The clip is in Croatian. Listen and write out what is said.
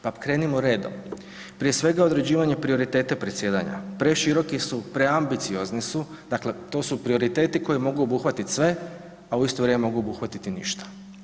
Pa krenimo redom, prije svega određivanje prioriteta predsjedanja, preširoki su preambiciozni su, dakle to su prioriteti koji mogu obuhvatiti sve, a u isto vrijeme mogu obuhvatiti ništa.